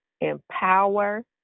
empower